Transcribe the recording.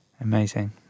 Amazing